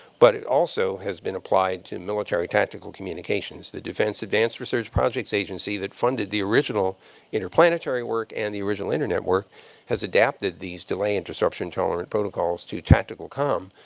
but it also has been applied to military tactical communications. the defense advance research agency that funded the original interplanetary work and the original internet work has adapted these delay and disruption tolerant protocols to tactical com,